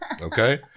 Okay